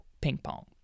ping-pong